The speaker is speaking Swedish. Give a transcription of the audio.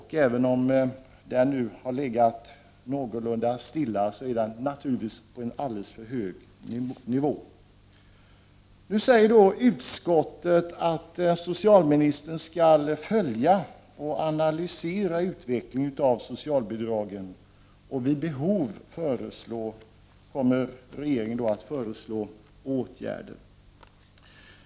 Även om antalet nu har legat någorlunda stilla, är det naturligtvis en alldeles för hög nivå. Nu säger utskottet att socialministern skall följa och analysera utvecklingen när det gäller soci — Prot. 1989/90:27 albidragen, och regeringen kommer vid behov att föreslå åtgärder.